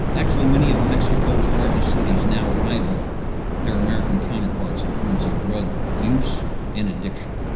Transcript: actually many of mexico's largest cities now rival their american counterparts in terms of drug use and addiction.